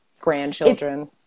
grandchildren